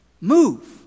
move